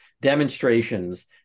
demonstrations